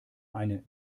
eine